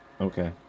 Okay